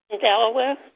Delaware